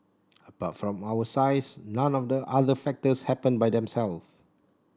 apart from our size none of the other factors happened by themselves